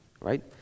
right